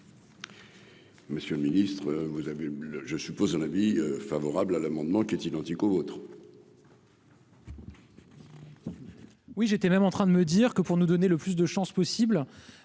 Monsieur le ministre, vous avez mis le je suppose un avis favorable à l'amendement qui est identique au vôtre. Oui, j'étais même en train de me dire que, pour nous donner le plus de chances possible,